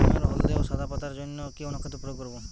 গমের হলদে ও সাদা পাতার জন্য কি অনুখাদ্য প্রয়োগ করব?